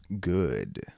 Good